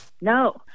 No